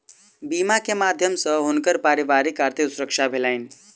बीमा के माध्यम सॅ हुनकर परिवारक आर्थिक सुरक्षा भेलैन